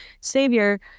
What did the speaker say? savior